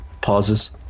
Pauses